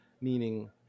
Meaning